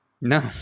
No